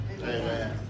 Amen